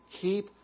keep